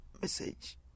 message